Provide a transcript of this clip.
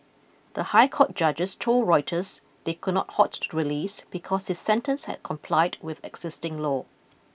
the High Court judges told Reuters they could not halt the release because his sentence had complied with existing law